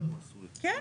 כן,